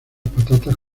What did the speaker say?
patatas